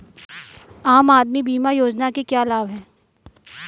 आम आदमी बीमा योजना के क्या लाभ हैं?